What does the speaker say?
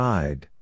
Side